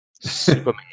Superman